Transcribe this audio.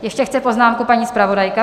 Ještě chce poznámku paní zpravodajka.